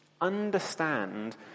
Understand